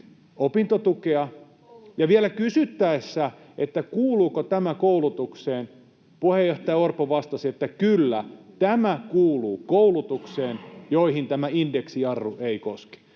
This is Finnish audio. opintotukea, ja vielä kysyttäessä, kuuluuko tämä koulutukseen, puheenjohtaja Orpo vastasi, että ”kyllä, tämä kuuluu koulutukseen, jota tämä indeksijarru ei koske”.